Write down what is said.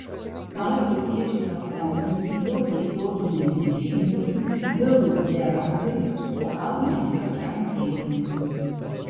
gal reikėtų paskambinti jo tiesioginiam viršininkui bilui džerardui o gal net pačiam teilorui